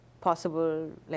possible